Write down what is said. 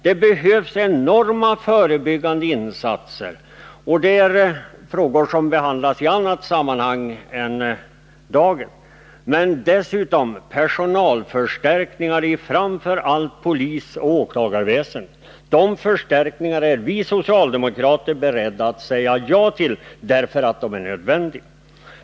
Det behövs enorma förebyggande insatser — sådana frågor behandlas i annat sammanhang här i kammaren — men dessutom personalförstärkningar i framför allt polisoch åklagarväsendet. De förstärkningarna är vi socialdemokrater beredda att säga ja till därför att de är nödvändiga.